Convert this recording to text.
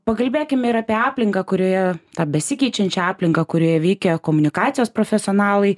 pakalbėkime ir apie aplinką kurioje tą besikeičiančią aplinką kurioje veikia komunikacijos profesionalai